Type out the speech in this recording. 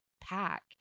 pack